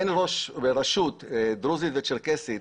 אין ראש רשות דרוזית וצ'רקסית,